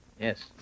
Yes